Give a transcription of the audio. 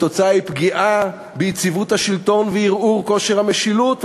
התוצאה היא פגיעה ביציבות השלטון וערעור כושר המשילות,